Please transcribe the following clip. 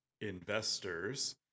investors